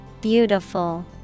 Beautiful